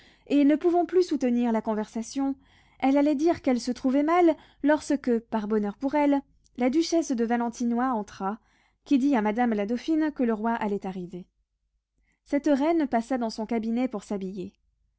et ne pouvant plus soutenir la conversation elle allait dire qu'elle se trouvait mal lorsque par bonheur pour elle la duchesse de valentinois entra qui dit à madame la dauphine que le roi allait arriver cette reine passa dans son cabinet pour s'habiller